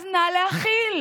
אז נא להכיל.